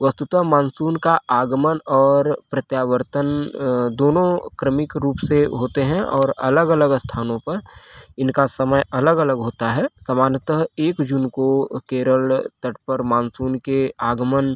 वस्तुतः मानसून का आगमन और प्रत्यावर्तन दोनों क्रमिक रूप से होते हैं और अलग अलग स्थानों पर इनका समय अलग अलग होता है सामान्यतः एक जून को केरल तट पर मानसून के आगमन